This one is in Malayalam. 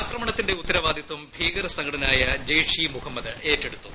ആക്രമണത്തിന്റെ ഉത്തരവാദിത്വം ഭീകരസംഘടനയായ ജെയ്ഷ ഇ മുഹമ്മദ് ഏറ്റെടുത്തു